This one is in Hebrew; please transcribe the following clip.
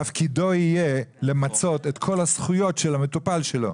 תפקידו יהיה למצות את כל הזכויות של המטופל שלו.